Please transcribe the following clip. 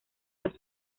las